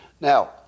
Now